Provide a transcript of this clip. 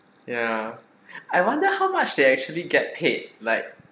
ya I wonder how much they actually get paid like